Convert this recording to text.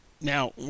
Now